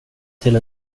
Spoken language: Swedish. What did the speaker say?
till